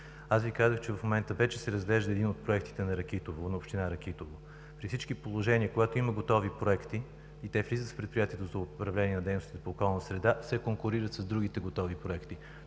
пари. Казах Ви, че в момента вече се разглежда един от проектите на община Ракитово. При всички положения, когато има готови проекти и те влизат в Предприятието за управление на дейностите по опазване на околната среда, се конкурират с другите готови проекти.